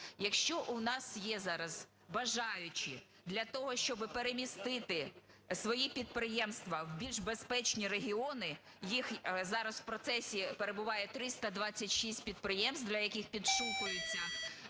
якщо у нас є зараз бажаючі для того, щоб перемістити свої підприємства в більш безпечні регіони, їх зараз в процесі перебуває 326 підприємств, для яких підшукується